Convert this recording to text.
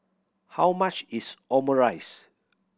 how much is Omurice